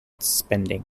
spending